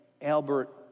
Albert